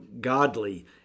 godly